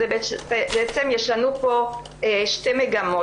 בעצם יש לנו פה שתי מגמות,